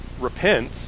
repent